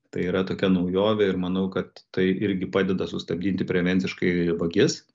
tai yra tokia naujovė ir manau kad tai irgi padeda sustabdyti prevenciškai vagis